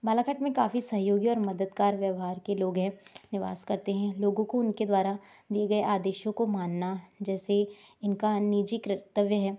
बालाघाट में काफ़ी सहयोगी और मददगार व्यवहार के लोग हैं निवास करते हैं लोगों को उनके द्वारा दिए गए आदेशों को मानना जैसे इनका निजी कर्त्तव्य है